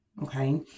Okay